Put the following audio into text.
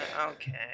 okay